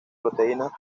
proteínas